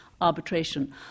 arbitration